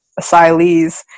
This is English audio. asylees